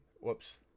Whoops